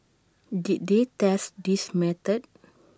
did they test this method